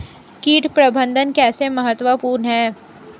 कीट प्रबंधन कैसे महत्वपूर्ण है?